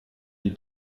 die